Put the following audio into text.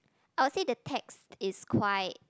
I'll say the text is quite